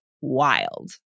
wild